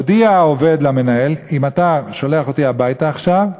הודיע העובד למנהל: אם אתה שולח אותי הביתה עכשיו,